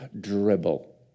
dribble